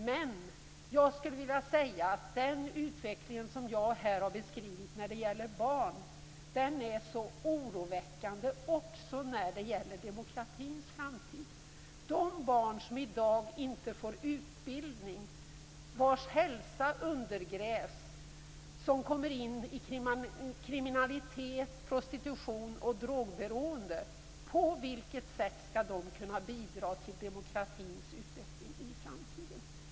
Men jag skulle vilja säga att den utveckling som jag här har beskrivit när det gäller barn är oroväckande också när det gäller demokratins framtid. De barn som i dag inte får utbildning, vars hälsa undergrävs, som kommer in i kriminalitet, prostitution och drogberoende - på vilket sätt skall de kunna bidra till demokratins utveckling i framtiden?